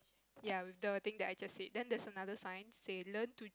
ya with the thing I just said then there's another sign say learn to